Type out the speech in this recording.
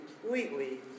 completely